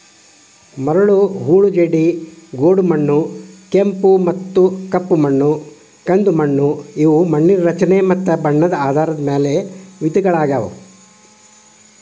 ಮರಳು, ಹೂಳು ಜೇಡಿ, ಗೋಡುಮಣ್ಣು, ಕೆಂಪು, ಕಪ್ಪುಮತ್ತ ಕಂದುಮಣ್ಣು ಇವು ಮಣ್ಣಿನ ರಚನೆ ಮತ್ತ ಬಣ್ಣದ ಆಧಾರದ ಮ್ಯಾಲ್ ವಿಧಗಳಗ್ಯಾವು